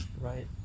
Right